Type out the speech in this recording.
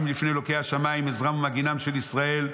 מלפני אלוקי השמיים עזרם ומגינם של ישראל,